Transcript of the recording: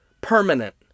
permanent